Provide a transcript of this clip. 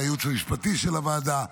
לייעוץ המשפטי של הוועדה,